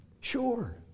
Sure